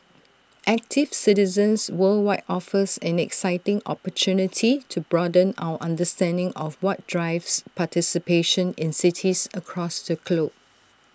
active Citizens Worldwide offers an exciting opportunity to broaden our understanding of what drives participation in cities across the globe